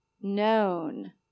Known